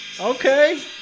Okay